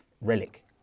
relic